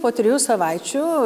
po trijų savaičių